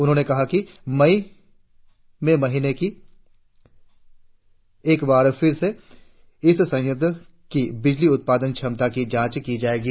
उन्होंने कहा कि मई के महीने में एक बार फिर से इस संयंत्र की बिजली उत्पादन क्षमता की जांच की जाएगी